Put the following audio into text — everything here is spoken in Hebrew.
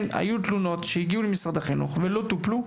תלונות שהועברו למשרד החינוך ולא טופלו,